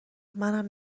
منم